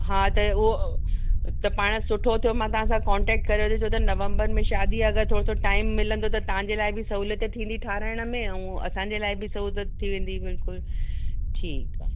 हा त उहो त पाण सुठो थियो मां तव्हां सां कॉंटेक्ट करे वरितो छो त नवम्बर में शादी आहे थोरो सो अगरि टाइम मिलंदो त तव्हांजे लाइ बि सहुलियत थींदी ठहाराएण में ऐं असांजे लाइ बि सहुलियत थी वेंदी बिल्कुलु ठीकु आहे